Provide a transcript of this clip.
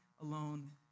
alone